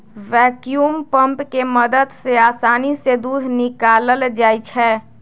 vacuum pump के मदद से आसानी से दूध निकाकलल जाइ छै